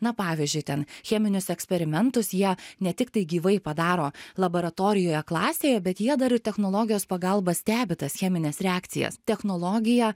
na pavyzdžiui ten cheminius eksperimentus jie ne tiktai gyvai padaro laboratorijoje klasėje bet jie dar ir technologijos pagalba stebi tas chemines reakcijas technologija